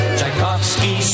Tchaikovsky